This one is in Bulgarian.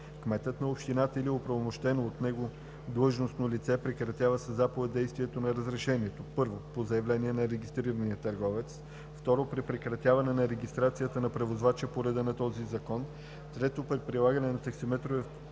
Кметът на общината или оправомощено от него длъжностно лице прекратява със заповед действието на разрешението: 1. по заявление на регистрирания търговец; 2. при прекратяване на регистрацията на превозвача по реда на този закон; 3. при заличаване на таксиметровия